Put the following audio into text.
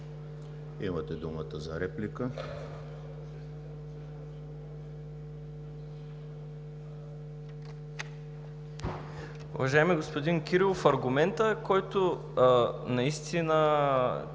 имате думата за реплика.